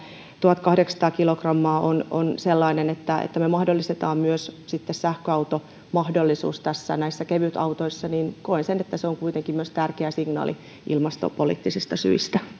tuhatkahdeksansataa kilogrammaa on on sellainen että että me mahdollistamme myös sähköautomahdollisuuden näissä näissä ke vytautoissa koen että se on kuitenkin tärkeä signaali myös ilmastopoliittisista syistä